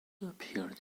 appeared